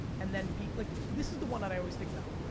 and then be, like, this is the one that i always think about.